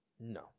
No